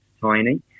tiny